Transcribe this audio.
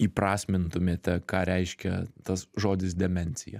įprasmintumėte ką reiškia tas žodis demencija